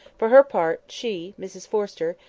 for her part, she, mrs forrester,